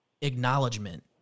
acknowledgement